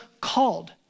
called